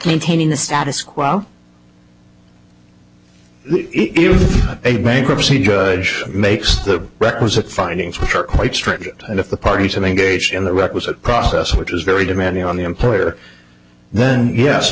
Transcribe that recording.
maintaining the status quo even if a bankruptcy judge makes the requisite findings which are quite stringent and if the parties and engage in the requisite process which is very demanding on the employer then yes